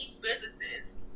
businesses